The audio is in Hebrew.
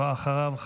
ואחריו,